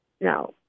no